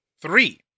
Three